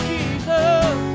Jesus